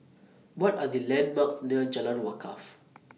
What Are The landmarks near Jalan Wakaff